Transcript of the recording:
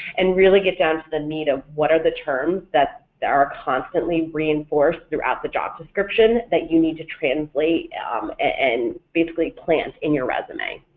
and really get down to the meat of what are the terms that are constantly reinforced throughout the job description that you need to translate and basically plant in your resume.